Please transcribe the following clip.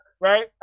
Right